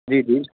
जी जी